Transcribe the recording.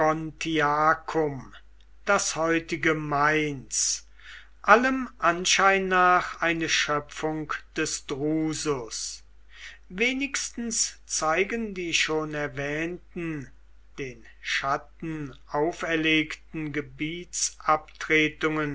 mogontiacum das heutige mainz allem anschein nach eine schöpfung des drusus wenigstens zeigen die schon erwähnten den chatten auferlegten